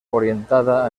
orientada